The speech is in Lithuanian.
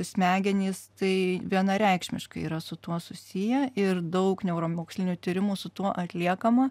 smegenys tai vienareikšmiškai yra su tuo susiję ir daug neuromokslinių tyrimų su tuo atliekama